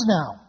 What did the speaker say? now